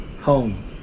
home